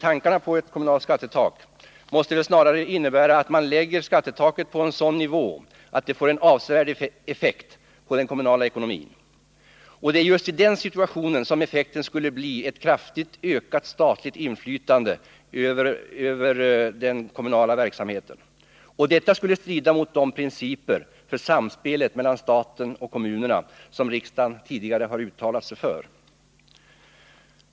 Tankarna på ett kommunalt skattetak måste väl snarare innebära att man lägger skattetaket på en sådan nivå att det får en avsevärd effekt på den kommunala ekonomin. Det är just i den situationen som effekten skulle bli ett kraftigt ökat statligt inflytande över den kommunala verksamheten. Och detta skulle strida mot de principer för samspelet mellan staten och kommunerna som riksdagen tidigare har uttalat sig för.